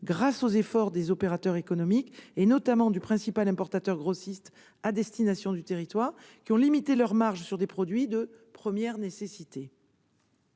par les efforts des opérateurs économiques, notamment du principal importateur grossiste du territoire, qui ont limité leur marge sur des produits de première nécessité.